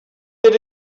did